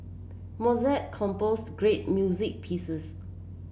Mozart composed great music pieces